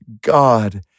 God